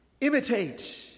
imitate